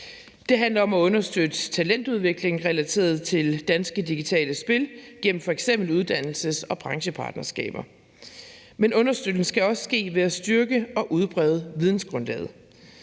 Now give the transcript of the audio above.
Det handler om at understøtte talentudvikling relateret til danske digitale spil gennem f.eks. uddannelses- og branchepartnerskaber, men understøttelsen skal også ske ved at styrke og udbrede vidensgrundlaget.